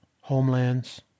homelands